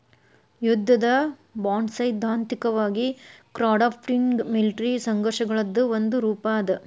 ಯುದ್ಧದ ಬಾಂಡ್ಸೈದ್ಧಾಂತಿಕವಾಗಿ crowdfunding military ಸಂಘರ್ಷಗಳದ್ ಒಂದ ರೂಪಾ ಅದ